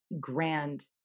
grand